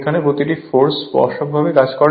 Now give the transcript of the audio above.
এখানে প্রতিটি ফোর্স স্পর্শকভাবে কাজ করে